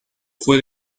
fue